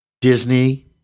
Disney